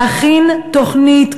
להכין תוכנית,